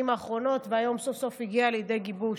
האחרונות והיום סוף-סוף הגיע לידי גיבוש.